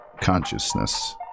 consciousness